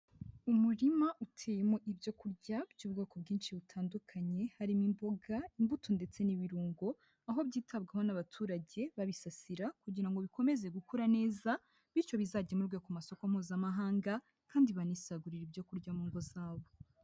Umurima uteyemo ibyo kurya by'ubwoko bwinshi butandukanye, harimo imboga, imbuto ndetse n'ibirungo, aho byitabwaho n'abaturage, babisasira kugira ngo bikomeze gukura neza, bityo bizagemurwe ku masoko mpuzamahanga kandi banisagurira ibyo kurya mu ngo zabo.